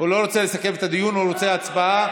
רוצה לסכם את הדיון, הוא רוצה הצבעה.